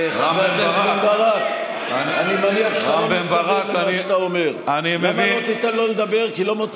לא ניתן לו לדבר, הוא לא מדבר